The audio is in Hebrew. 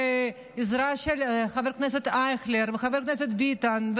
ועזרה של חבר הכנסת אייכלר וחבר הכנסת ביטן,